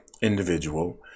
individual